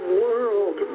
world